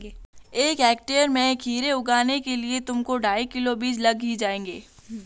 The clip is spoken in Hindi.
एक हेक्टेयर में खीरे उगाने के लिए तुमको ढाई किलो बीज लग ही जाएंगे